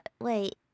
wait